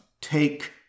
take